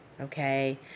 okay